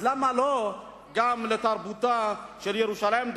אז למה לא גם לתרבותה של ירושלים,